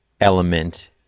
element